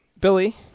billy